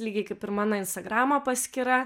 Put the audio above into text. lygiai kaip ir mano instagramo paskyra